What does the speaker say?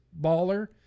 baller